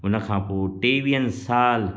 उनखां पोइ टेवीहनि साल